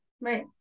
Right